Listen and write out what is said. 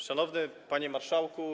Szanowny Panie Marszałku!